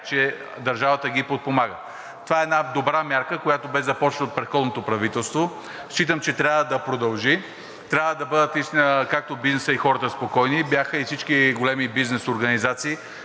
че държавата ги подпомага. Това е една добра мярка, която бе започната от предходното правителство. Считам, че трябва да продължи. Трябва да бъдат спокойни както бизнесът, така и хората. Бяха и всички големи бизнес организации,